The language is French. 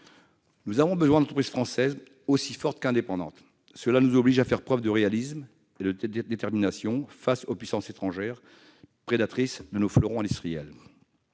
Nous avons besoin d'entreprises françaises aussi fortes qu'indépendantes. Cela nous oblige à faire preuve de réalisme et de détermination face aux puissances étrangères prédatrices de nos fleurons industriels.